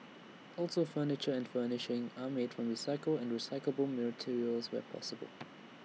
also furniture and furnishings are made from recycled and recyclable materials where possible